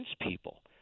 people